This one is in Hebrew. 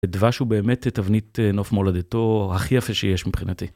דבש הוא באמת תבנית נוף מולדתו הכי יפה שיש מבחינתי.